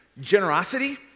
Generosity